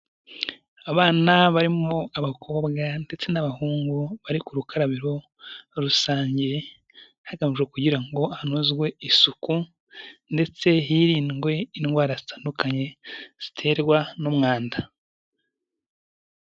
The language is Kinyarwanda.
Abana barimo abakobwa ndetse n'abahungu bari ku rukarabiro rusange, hagamijwe kugira ngo hanozwe isuku ndetse hirindwe indwara zitandukanye ziterwa n'umwanda.